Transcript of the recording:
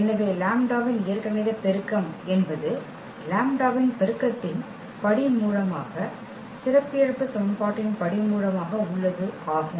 எனவே லாம்ப்டாவின் இயற்கணித பெருக்கம் என்பது லாம்ப்டாவின் பெருக்கத்தின் படிமூலமாக சிறப்பியல்பு சமன்பாட்டின் படிமூலமாக உள்ளது ஆகும்